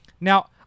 Now